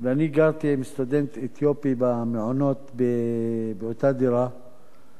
אני גרתי עם סטודנט אתיופי במעונות באותה דירה,